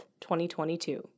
2022